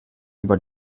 über